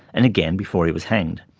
and again before he was hanged.